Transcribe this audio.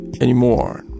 anymore